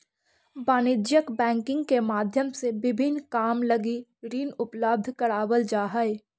वाणिज्यिक बैंकिंग के माध्यम से विभिन्न काम लगी ऋण उपलब्ध करावल जा हइ